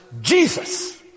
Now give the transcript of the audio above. Jesus